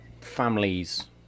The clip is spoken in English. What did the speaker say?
families